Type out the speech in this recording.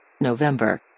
November